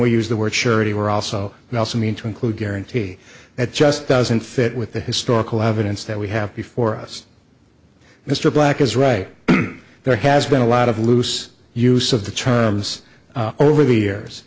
we use the word surety we're also we also need to include guarantee that just doesn't fit with the historical evidence that we have before us mr black is right there has been a lot of loose use of the terms over the years